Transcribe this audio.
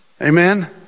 Amen